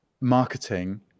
marketing